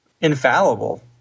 infallible